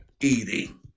eating